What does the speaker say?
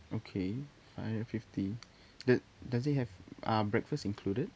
okay five hundred fifty does does it have err breakfast included